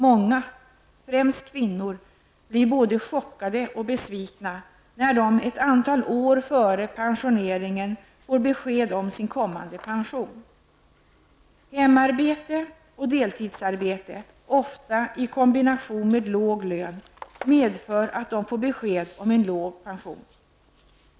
Många, främst kvinnor, blir både chockade och besvikna när de ett antal år före pensioneringen får besked om sin kommande pension. Hemarbete och deltidsarbete, ofta i kombination med låg lön, medför att de får besked om en låg pension.